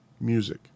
Music